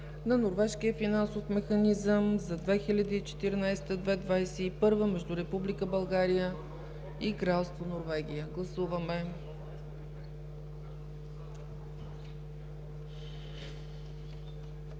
на Норвежкия финансов механизъм 2014 – 2021 между Република България и Кралство Норвегия. Гласували